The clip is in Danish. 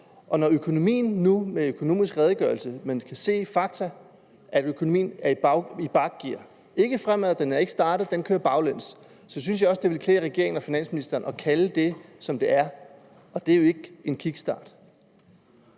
vi nu i Økonomisk Redegørelse kan se, at faktum er, at økonomien er i backgear – den går ikke fremad, den er ikke startet, den kører baglæns – så synes jeg også, det ville klæde regeringen og finansministeren at kalde det det, som det er, og det er jo ikke en kickstart.